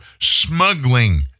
smuggling